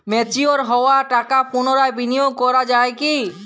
Mature হওয়া টাকা পুনরায় বিনিয়োগ করা য়ায় কি?